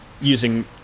using